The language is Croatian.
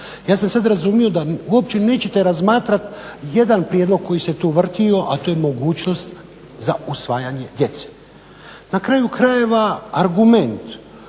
Ja sam sada razumio da uopće nećete razmatrati jedan prijedlog koji se tu vrtio, a to je mogućnost za usvajanje djece. Na kraju krajeva argument